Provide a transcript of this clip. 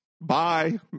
Bye